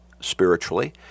spiritually